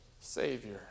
Savior